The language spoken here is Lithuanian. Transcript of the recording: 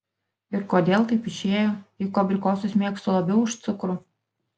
ir kodėl taip išėjo juk abrikosus mėgstu labiau už cukrų